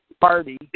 party